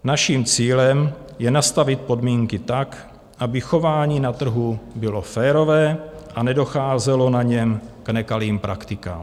Naším cílem je nastavit podmínky tak, aby chování na trhu bylo férové a nedocházelo na něm k nekalým praktikám.